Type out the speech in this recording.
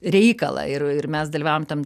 reikalą ir ir mes dalyvavom tam